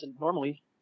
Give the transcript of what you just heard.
normally